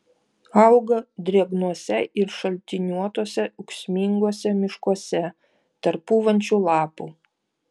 auga drėgnuose ir šaltiniuotuose ūksminguose miškuose tarp pūvančių lapų